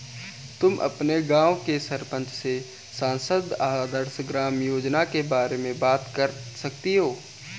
तुम अपने गाँव के सरपंच से सांसद आदर्श ग्राम योजना के बारे में बात कर सकती हो